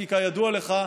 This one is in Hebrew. כי כידוע לך,